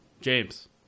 James